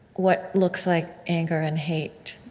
what looks like anger and hate